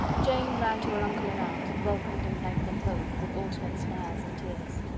jane ran to her uncle and aunt, and welcomed and thanked them both, with alternate smiles and tears.